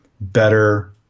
better